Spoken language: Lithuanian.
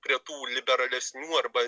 prie tų liberalesnių arba